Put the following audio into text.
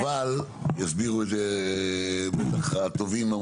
יסבירו את זה בטח המומחים.